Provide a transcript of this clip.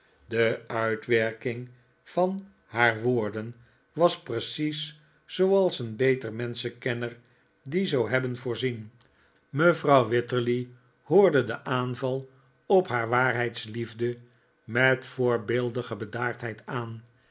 de uitwerking van haar woorden was precies zooals een beter menschenkenner die zou hebben voorzien mevrouw winikolaas nickleby titterly hoorde den aanval op haar waarheidsliefde met voorbeeldige bedaardheid aan